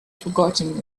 forgotten